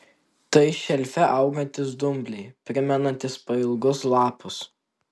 tai šelfe augantys dumbliai primenantys pailgus lapus